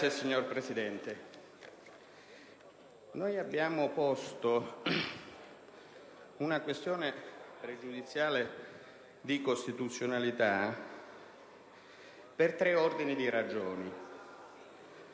Signor Presidente, noi abbiamo posto una questione pregiudiziale di costituzionalità per tre ordini di ragioni.